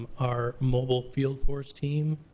our mobile field force team,